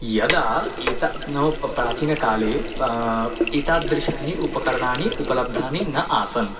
यदा एता नाम प प्राचीन काले एतादृशानि उपकरणानि उपलब्धानि न आसन्